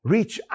Reach